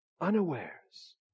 unawares